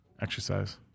exercise